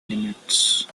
limits